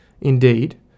Indeed